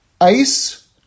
ice